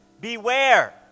beware